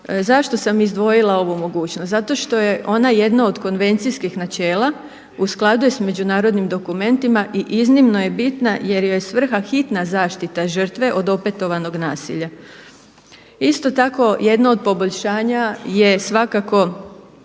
Zašto sam izdvojila ovu mogućnost? Zato što je ona jedno od konvencijskih načela u skladu je s međunarodnim dokumentima i iznimno je bitna jer joj je svrha hitna zaštita žrtve od opetovanog nasilja. Isto tako jedno od poboljšanja je svakako